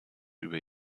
über